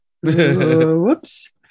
Whoops